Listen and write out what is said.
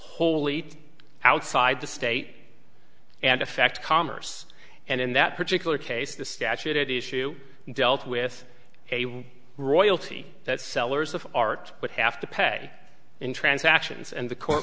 eat outside the state and affect commerce and in that particular case the statute it is to dealt with a royalty that sellers of art would have to pay in transactions and the court